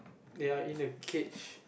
they are in the cage